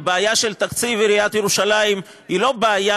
הבעיה של תקציב עיריית ירושלים היא לא בעיה